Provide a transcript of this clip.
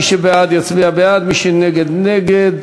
חברי מרגי,